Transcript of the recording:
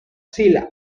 sila